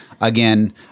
Again